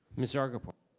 miss zagapur.